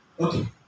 Okay